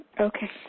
Okay